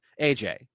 AJ